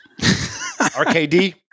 RKD